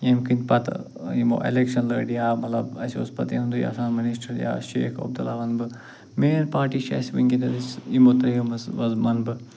ییٚمہِ کِنۍ پتہٕ یِمو الیکشن لٔڈۍ یا مطلب اَسہِ اوس پتہٕ یِہُنٛدے آسان پَتہٕ مِنِسٹر یا شیخ عبدُ اللہ ونہٕ بہٕ مین پارٹی چھِ اَسہِ وُنکٮ۪نس یِمو ترٛیٚو منٛز ونہٕ بہٕ